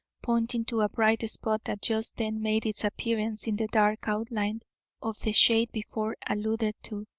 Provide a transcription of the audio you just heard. pointing to a bright spot that just then made its appearance in the dark outline of the shade before alluded to,